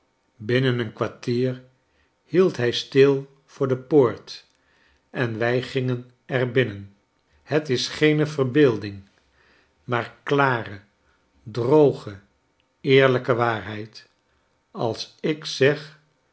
binnen een kwartier hield hij stil voor de poort en wij gingen er binnen het is geene verbeelding maar klare droge eerlijke waarheid als ik zeg